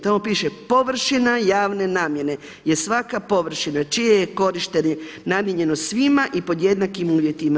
Tamo piše površina javne namjene je svaka površina čije je korištenje namijenjeno svima i pod jednakim uvjetima.